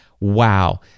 wow